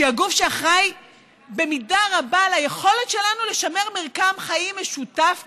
שהיא הגוף שאחראי במידה רבה ליכולת שלנו לשמר מרקם חיים משותף כאן,